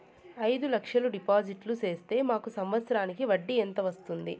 అయిదు లక్షలు డిపాజిట్లు సేస్తే మాకు సంవత్సరానికి వడ్డీ ఎంత వస్తుంది?